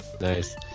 Nice